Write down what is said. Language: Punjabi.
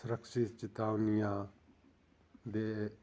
ਸੁਰਕਸ਼ਿਤ ਚੇਤਾਵਨੀਆਂ ਦੇ